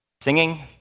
singing